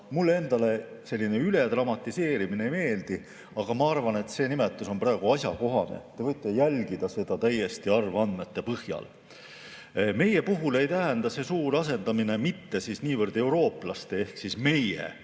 Mulle endale selline üledramatiseerimine ei meeldi, aga ma arvan, et see nimetus on praegu asjakohane. Te võite jälgida seda täiesti arvandmete põhjal. Meie puhul ei tähenda see suur asendamine mitte niivõrd eurooplaste ehk meie